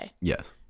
Yes